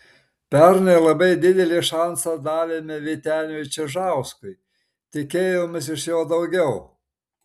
pernai labai didelį šansą davėme vyteniui čižauskui tikėjomės iš jo daugiau